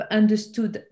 understood